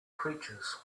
creatures